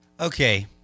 Okay